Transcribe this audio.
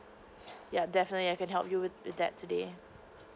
yeah definitely I can't help you with with that today